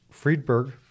Friedberg